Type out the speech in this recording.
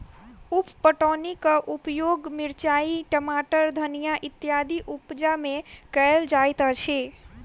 उप पटौनीक उपयोग मिरचाइ, टमाटर, धनिया इत्यादिक उपजा मे कयल जाइत अछि